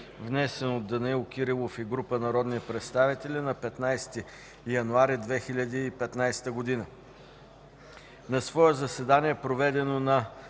внесен от Данаил Кирилов и група народни представители на 15 януари 2015 г. На свое заседание, проведено на